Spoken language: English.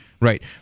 Right